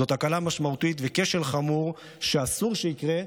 זאת תקלה משמעותית וכשל חמור שאסור שיקרה,